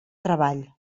treball